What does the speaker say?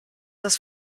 das